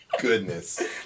goodness